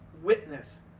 witness